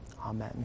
Amen